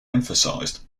emphasized